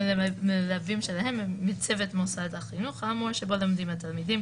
שהמלווים שלהם הם מצוות מוסד החינוך האמור שבו לומדים התלמידים,